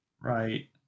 Right